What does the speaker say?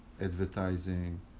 advertising